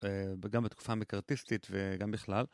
גם בתקופה מקרטיסטית וגם בכלל.